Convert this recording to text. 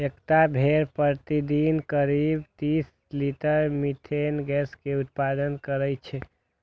एकटा भेड़ प्रतिदिन करीब तीस लीटर मिथेन गैस के उत्पादन करै छै